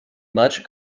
much